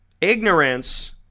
ignorance